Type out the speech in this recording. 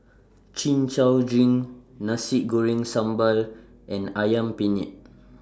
Chin Chow Drink Nasi Goreng Sambal and Ayam Penyet